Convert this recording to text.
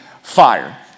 fire